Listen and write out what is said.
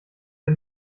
wir